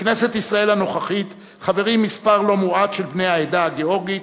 בכנסת ישראל הנוכחית חברים מספר לא מועט של בני העדה הגאורגית,